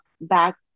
back